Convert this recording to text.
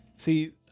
See